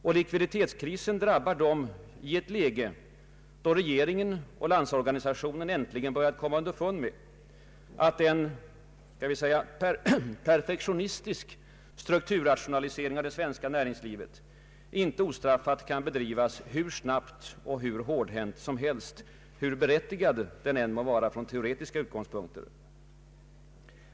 Och likviditetskrisen drabbar dem i ett läge då regeringen och Landsorganisationen äntligen börjat komma underfund med att en, kan vi säga, perfektionistisk strukturrationalisering av det svenska näringslivet inte ostraffat kan bedrivas hur snabbt och hur hårdhänt som helst — hur berättigad den än må vara från teoretiska utgångspunkter.